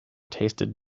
tasted